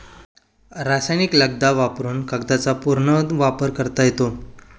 रासायनिक लगदा वापरुन कागदाचा पुनर्वापर करता येतो